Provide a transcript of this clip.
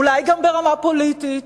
אולי גם ברמה פוליטית